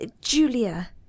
Julia